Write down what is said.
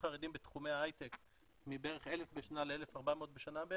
בתחומי ההייטק שמזנק מבערך 1,000 ל-1,4000 בשנה,